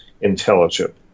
intelligent